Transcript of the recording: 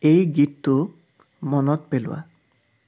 এই গীতটো মনত পেলোৱা